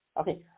Okay